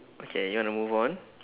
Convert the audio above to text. okay you want to move on